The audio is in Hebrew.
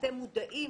אתם מודעים,